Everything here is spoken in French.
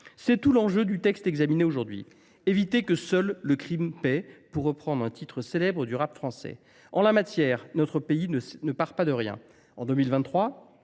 C’est tout l’enjeu du texte examiné aujourd’hui : il s’agit d’éviter que « le crime paie », pour reprendre un titre célèbre du rap français. En la matière, notre pays ne part pas de rien.